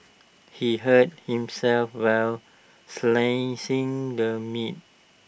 he hurt himself while slicing the meat